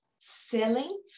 selling